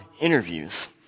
interviews